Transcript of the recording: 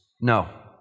no